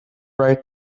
right